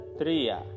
tria